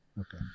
Okay